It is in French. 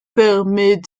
permet